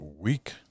week